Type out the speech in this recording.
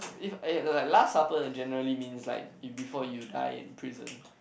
if !aiya! like like last supper in generally means like eat before you die in prison